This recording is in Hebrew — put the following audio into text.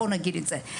בואו נגיד את זה.